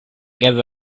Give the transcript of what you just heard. give